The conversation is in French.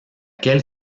quelle